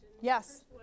Yes